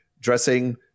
dressing –